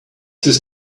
this